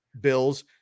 Bills